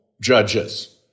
judges